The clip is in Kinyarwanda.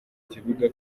kibuga